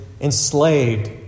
Enslaved